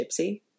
Gypsy